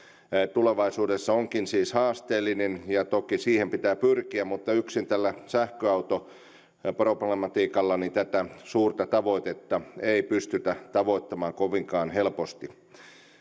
tulevaisuudessa onkin siis haasteellinen ja toki siihen pitää pyrkiä mutta yksin tällä sähköautoproblematiikalla tätä suurta tavoitetta ei pystytä tavoittamaan kovinkaan helposti